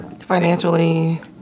financially